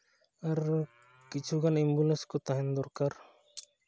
ᱟᱨ ᱠᱤᱪᱷᱩᱜᱟᱱ ᱮᱢᱵᱩᱞᱮᱱᱥ ᱠᱚ ᱛᱟᱦᱮᱱ ᱫᱚᱨᱠᱟᱨ